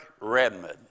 Redmond